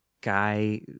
guy